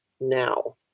now